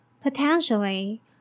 potentially